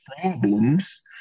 problems